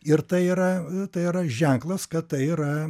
ir tai yra tai yra ženklas kad tai yra